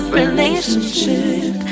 relationship